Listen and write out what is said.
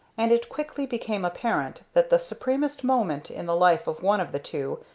and it quickly became apparent that the supremest moment in the life of one of the two,